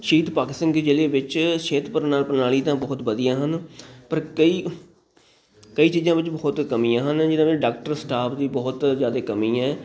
ਸ਼ਹੀਦ ਭਗਤ ਸਿੰਘ ਦੇ ਜ਼ਿਲ੍ਹੇ ਵਿੱਚ ਸਿਹਤ ਪ੍ਰਾਣ ਪ੍ਰਣਾਲੀ ਤਾਂ ਬਹੁਤ ਵਧੀਆ ਹਨ ਪਰ ਕਈ ਕਈ ਚੀਜ਼ਾਂ ਵਿੱਚ ਬਹੁਤ ਕਮੀਆਂ ਹਨ ਜਿਹਨਾਂ ਵਿੱਚ ਡਾਕਟਰ ਸਟਾਫ ਦੀ ਬਹੁਤ ਜ਼ਿਆਦਾ ਕਮੀ ਹੈ